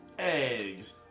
eggs